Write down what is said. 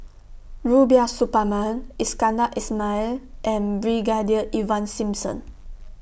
Rubiah Suparman Iskandar Ismail and Brigadier Ivan Simson